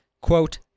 quote